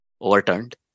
overturned